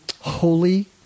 holy